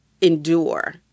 endure